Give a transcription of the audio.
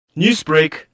Newsbreak